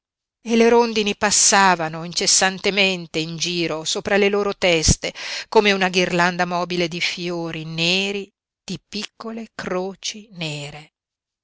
e le rondini passavano incessantemente in giro sopra le loro teste come una ghirlanda mobile di fiori neri di piccole croci nere